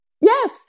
Yes